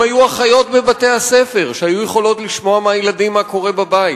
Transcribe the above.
אם היו אחיות בבתי-הספר שהיו יכולות לשמוע מהילדים מה קורה בבית,